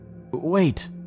Wait